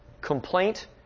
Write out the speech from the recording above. Complaint